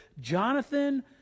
Jonathan